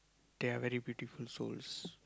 they are very beautiful souls